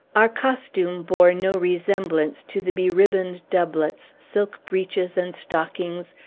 our costume bore no resemblance to the beribboned doublets, silk breeches and stockings,